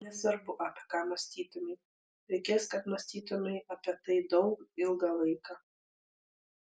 nesvarbu apie ką mąstytumei reikės kad mąstytumei apie tai daug ilgą laiką